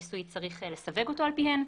שצריך לסווג כל ניסוי על פיהן,